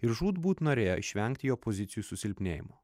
ir žūtbūt norėjo išvengti jo pozicijų susilpnėjimo